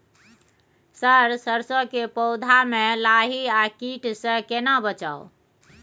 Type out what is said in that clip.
Sir सरसो के पौधा में लाही आ कीट स केना बचाऊ?